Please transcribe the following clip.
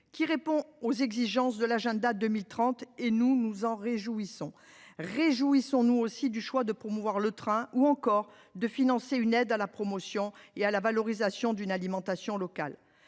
route répondant aux exigences de l’Agenda 2030 et nous nous en réjouissons. De même, félicitons-nous du choix de promouvoir le train ou encore de financer une aide à la promotion et à la valorisation d’une alimentation locale.